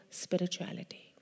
spirituality